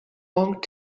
monk